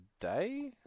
day